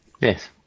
Yes